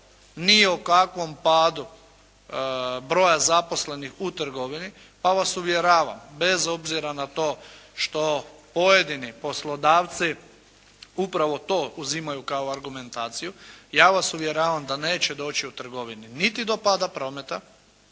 ni o kakvom padu broja zaposlenih u trgovini. Pa vas uvjeravam bez obzira na to što pojedini poslodavci upravo to uzimaju kao argumentaciju, ja vas uvjeravam da neće doći u trgovini niti do pada prometa,